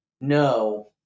no